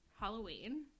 Halloween